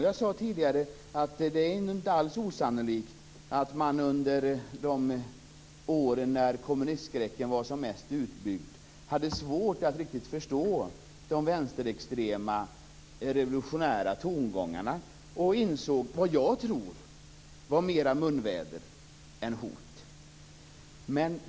Jag sade tidigare att det inte alls är osannolikt att man under åren då kommunistskräcken var som mest utbredd hade svårt att förstå de vänsterextrema revolutionära tongångarna och inte insåg att det var mer munväder än hot.